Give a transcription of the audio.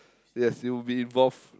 yes you will be involved